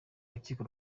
urukiko